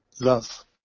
love